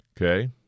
okay